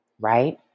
right